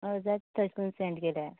हय जाता तश करून सेंड केल्यार